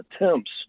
attempts